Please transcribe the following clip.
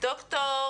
ד"ר